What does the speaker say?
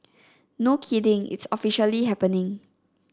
no kidding it's officially happening